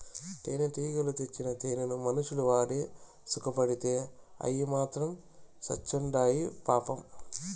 తేనెటీగలు తెచ్చిన తేనెను మనుషులు వాడి సుకపడితే అయ్యి మాత్రం సత్చాండాయి పాపం